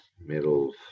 middle